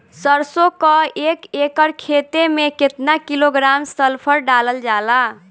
सरसों क एक एकड़ खेते में केतना किलोग्राम सल्फर डालल जाला?